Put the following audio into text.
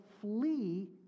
flee